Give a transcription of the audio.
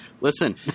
Listen